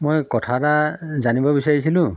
মই কথা এটা জানিব বিচাৰিছিলোঁ